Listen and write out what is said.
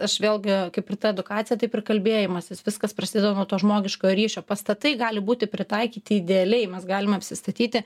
aš vėlgi kaip ir ta edukacija taip ir kalbėjimasis viskas prasideda nuo to žmogiškojo ryšio pastatai gali būti pritaikyti idealiai mes galim apsistatyti